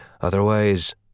Otherwise